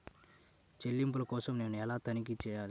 చెల్లింపుల కోసం నేను ఎలా తనిఖీ చేయాలి?